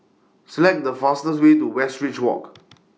Select The fastest Way to Westridge Walk